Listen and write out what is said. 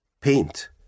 paint